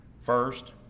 First